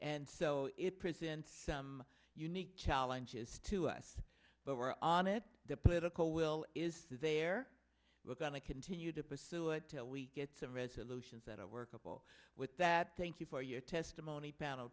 and so it presents some unique challenges to us but we're on it the political will is there we're going to continue to pursue it till we get to resolutions that are workable with that thank you for your testimony panel